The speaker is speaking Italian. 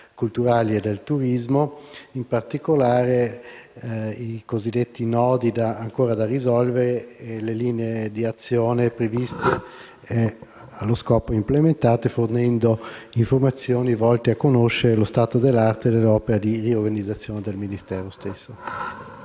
e del turismo, con particolare riferimento ai cosiddetti nodi ancora da risolvere e alle linee di azione previste e allo scopo implementate, fornendo informazioni volte a conoscere lo stato dall'arte nell'opera di riorganizzazione del Ministero stesso.